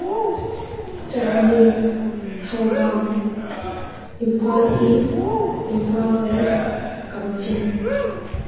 Chandel Thoubal Imphal east Imphal west Kakching